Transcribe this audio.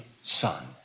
son